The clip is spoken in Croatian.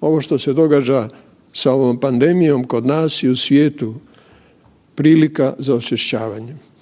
ovo što se događa sa ovom pandemijom kod nas i u svijetu prilika za osvještavanjem,